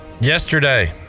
Yesterday